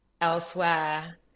elsewhere